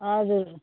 हजुर